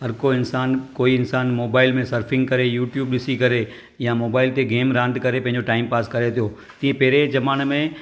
हर को इन्सानु कोई इन्सानु मोबाईल में सर्फिंग करे यूट्यूब ॾिसी करे या मोबाईल ते गेम रांदि करे पंहिंजो टाइम पास करे थो हीअ पहिंरीं जे ज़माने में